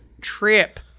trip